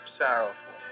sorrowful